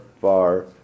far